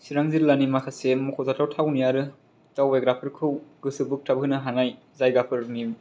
चिरां जिल्लानि माखासे मख'जाथाव थावनि आरो दावबायग्राफोरखौ गोसो बोखथाब होनो हानाय जायगाफोरनि